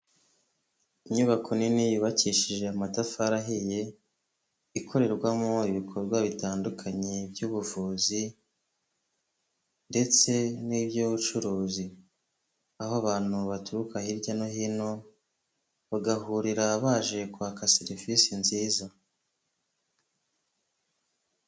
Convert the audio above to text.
Inyubako nini yubakishije amatafari ahiye ikorerwamo ibikorwa bitandukanye by'ubuvuzi ndetse n'iby'ubucuruzi, aho abantu baturuka hirya no hino bagahurira baje kwaka serivisi nziza.